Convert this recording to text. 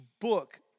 book